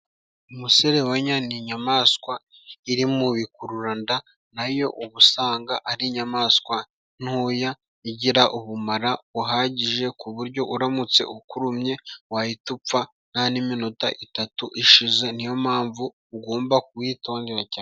Umuserebanya ni inyamaswa iri mu bikururanda nayo uba usanga ari inyamaswa ntoya, igira ubumara buhagije ku buryo uramutse ukurumye wahita upfa nta n'iminota itatu ishize niyo mpamvu ugomba kuyitondera cyane.